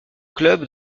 club